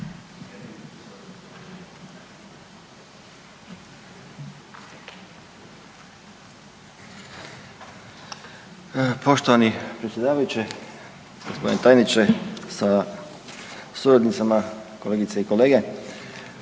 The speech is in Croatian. Poštovani predsjedavajući, gospodine tajniče sa suradnicama, kolegice i kolege.